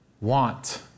want